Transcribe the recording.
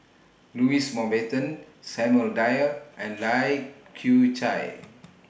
Louis Mountbatten Samuel Dyer and Lai Kew Chai